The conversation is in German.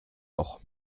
noch